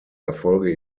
erfolge